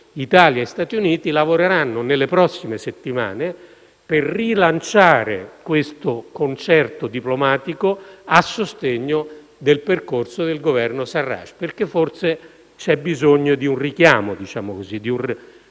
Italia e Stati Uniti lavoreranno nelle prossime settimane per rilanciare questo concerto diplomatico a sostegno del percorso del Governo al-Sarraj, perché forse c'è bisogno di un richiamo, di un *refill*, di un rilancio